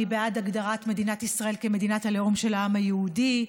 אני בעד הגדרת מדינת ישראל כמדינת הלאום של העם היהודי.